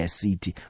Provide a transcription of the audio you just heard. city